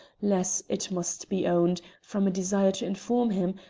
less, it must be owned, from a desire to inform him,